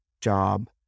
job